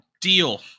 Deal